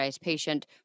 patient